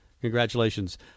Congratulations